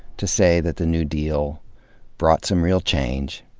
to say that the new deal brought some real change,